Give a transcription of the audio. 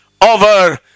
Over